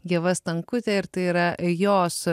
ieva stankutė ir tai yra jos